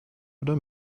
oder